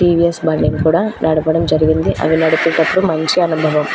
TVS బండిని కూడా నడపడం జరిగింది అది నడిపేటప్పుడు మంచి అనుభవం